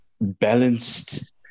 balanced